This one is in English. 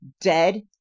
dead